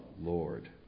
Lord